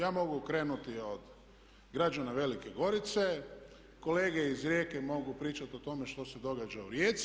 Ja mogu krenuti od građana Velike Gorice, kolege iz Rijeke mogu pričati o tome što se događa u Rijeci.